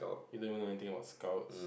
you don't even know anything about scouts